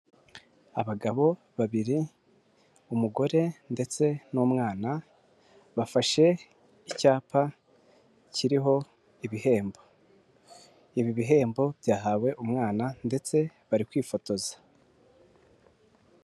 Abagabo babiri umugore ndetse n'umwana bafashe icyapa kiriho ibihembo ibi bihembo byahawe umwana ndetse bari kwifotoza.